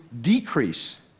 decrease